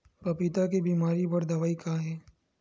पपीता के बीमारी बर दवाई का हे?